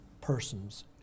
persons